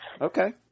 Okay